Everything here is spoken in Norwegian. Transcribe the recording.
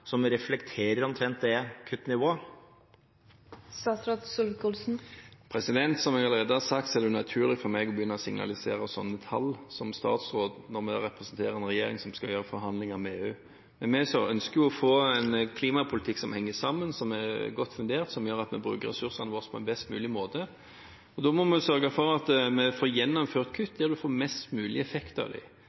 som reflekterer omtrent det kuttnivået? Som jeg allerede har sagt, er det unaturlig for meg å begynne å signalisere sånne tall som statsråd når man representerer en regjering som skal ha forhandlinger med EU. Vi ønsker å få en klimapolitikk som henger sammen, som er godt fundert, og som gjør at vi bruker ressursene våre på en best mulig måte. Da må vi sørge for at vi får gjennomført kutt der vi får mest mulig effekt av